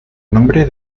nombre